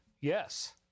Yes